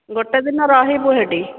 ଗୋଟେ ଦିନ ରହିବୁ ହେଟି